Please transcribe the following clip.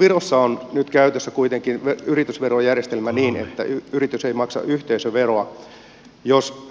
virossa on nyt käytössä kuitenkin yritysverojärjestelmä niin että yritys ei maksa yhteisöveroa jos